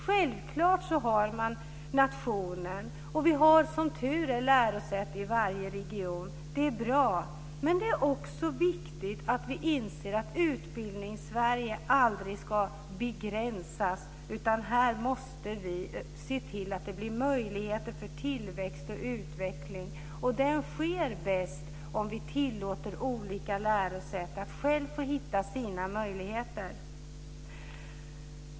Självklart har man nationen, och vi har som tur är lärosäten i varje region. Det är bra. Men det är också viktigt att vi inser Utbildningssverige aldrig ska begränsas. Här måste vi se till att det blir möjligheter för tillväxt och utveckling. Detta sker bäst om vi tillåter olika lärosäten att själva få hitta sina möjligheter.